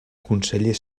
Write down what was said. conseller